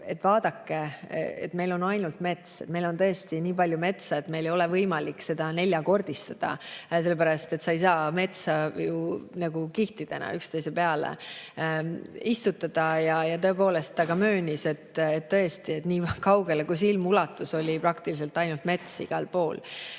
et vaadake, meil on ainult mets, meil on tõesti nii palju metsa, et meil ei ole võimalik seda neljakordistada, sellepärast et sa ei saa metsa ju kihtidena üksteise peale istutada. Ja tõepoolest, ta ka möönis, et tõesti, nii kaugele kui silm ulatus, oli praktiliselt ainult mets igal pool.